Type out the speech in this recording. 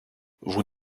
vous